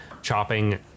Chopping